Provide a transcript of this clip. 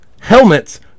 helmets